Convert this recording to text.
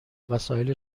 وسایل